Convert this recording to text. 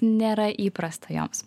nėra įprasta joms